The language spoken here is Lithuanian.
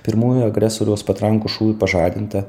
pirmųjų agresoriaus patrankų šūvių pažadinta